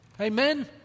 Amen